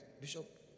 Bishop